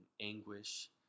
anguish